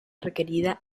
referida